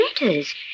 letters